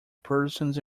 persons